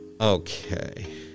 Okay